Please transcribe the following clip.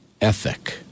ethic